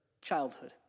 childhood